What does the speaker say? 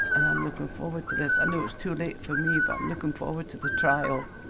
and i'm looking forward to this. i know it's too late for me but i'm looking forward to the trial